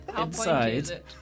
Inside